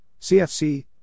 cfc